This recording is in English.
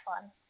fun